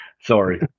sorry